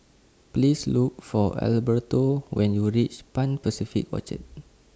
Please Look For Alberto when YOU REACH Pan Pacific Orchard